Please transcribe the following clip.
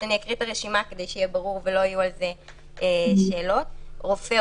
אני אקריא את הרשימה כדי שזה יהיה ברור ולא יהיו שאלות: רופא,